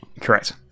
Correct